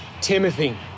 Timothy